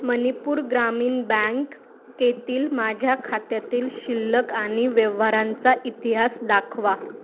Manipur Gramin bank केतील माझ्या खात्यातील शिल्लक आणि व्यवहारांचा इतिहास दाखवा